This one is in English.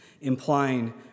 implying